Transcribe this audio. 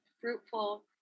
fruitful